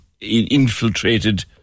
infiltrated